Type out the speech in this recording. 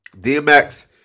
DMX